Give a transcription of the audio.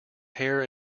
hair